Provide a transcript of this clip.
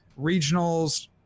regionals